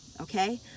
Okay